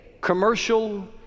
commercial